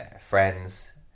friends